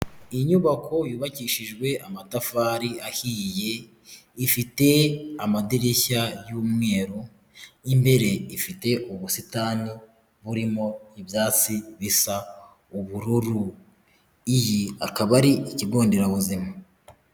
Inyubako yubakishijwe amatafari ahiye, ifite amadirishya y'umweru, imbere ifite ubusitani burimo ibyatsi bisa ubururu. Iyi akaba ari ikigonderabuzima.